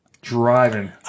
driving